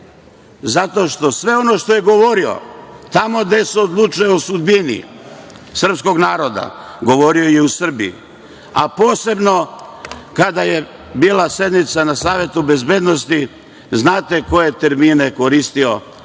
Zato što sve ono što je govorio tamo gde se odlučuje o sudbini srpskog naroda, govorio je i u Srbiji, a posebno kada je bila sednica na Savetu bezbednosti. Dobro znate koje je termine koristio,